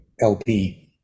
lp